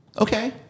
Okay